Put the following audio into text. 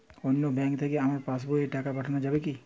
অন্য ব্যাঙ্ক থেকে আমার পাশবইয়ে টাকা পাঠানো যাবে কি?